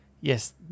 yes